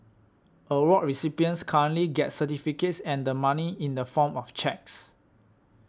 award recipients currently get certificates and the money in the form of cheques